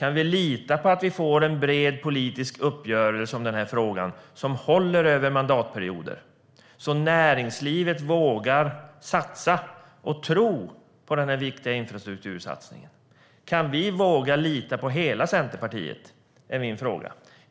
Kan vi lita på att vi får en bred politisk uppgörelse om frågan som håller över mandatperioder, så att näringslivet vågar tro på den viktiga infrastruktursatsningen? Kan vi våga lita på hela Centerpartiet?